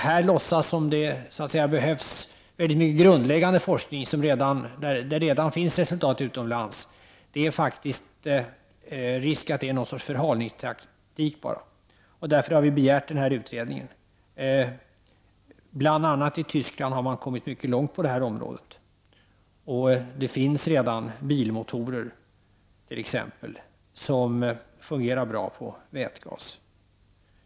Här låtsas man som om att det behövs väldigt mycket grundläggande forskning när det redan finns resultat utomlands. Det är faktiskt risk att detta är någon sorts förhalningsteknik bara. Därför har vi begärt utredningen. I Västtyskland bl.a. har man kommit mycket långt på detta område. Det finns t.ex. bilmotorer som fungerar bra på vätgas.